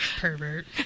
pervert